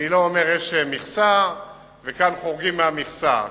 אני לא אומר שיש מכסה וכאן חורגים מהמכסה.